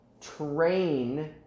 train